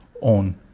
on